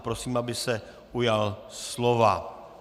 Prosím, aby se ujal slova.